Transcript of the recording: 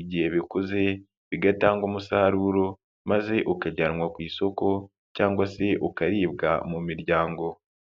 igihe bikuze bigatanga umusaruro maze ukajyanwa ku isoko cyangwa se ukaribwa mu miryango.